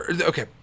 Okay